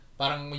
parang